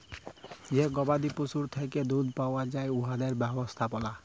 যে গবাদি পশুর থ্যাকে দুহুদ পাউয়া যায় উয়াদের ব্যবস্থাপলা